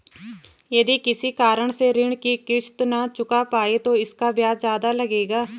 यदि किसी कारण से ऋण की किश्त न चुका पाये तो इसका ब्याज ज़्यादा लगेगा?